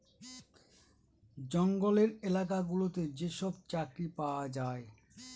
জঙ্গলের এলাকা গুলোতে যেসব চাকরি পাওয়া যায়